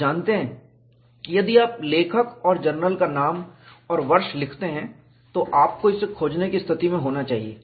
आप जानते हैं कि यदि आप लेखक और जर्नल का नाम और वर्ष लिखते हैं तो आपको इसे खोजने की स्थिति में होना चाहिए